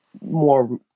more